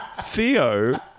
Theo